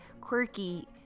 quirky